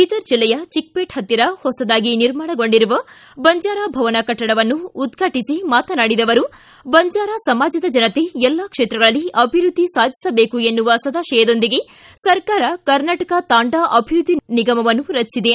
ಬೀದರ್ ಜಿಲ್ಲೆಯ ಚಿಕ್ಕಪೇಟ್ ಹತ್ತಿರ ಹೊಸದಾಗಿ ನಿರ್ಮಾಣಗೊಂಡಿರುವ ಬಂಜಾರಾ ಭವನ ಕಟ್ಟಡವನ್ನು ಉದ್ವಾಟಿಸಿ ಮಾತನಾಡಿದ ಅವರು ಬಂಜಾರಾ ಸಮಾಜದ ಜನತೆ ಎಲ್ಲಾ ಕ್ಷೇತ್ರಗಳಲ್ಲಿ ಅಭಿವೃದ್ದಿ ಸಾಧಿಸಬೇಕು ಎನ್ನುವ ಸದಾಶಯದೊಂದಿಗೆ ಸರ್ಕಾರವು ಕರ್ನಾಟಕ ತಾಂಡಾ ಅಭಿವೃದ್ಧಿ ನಿಗಮವನ್ನು ರಚಿಸಿದೆ